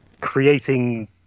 creating